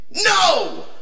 No